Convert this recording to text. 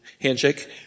handshake